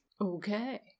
Okay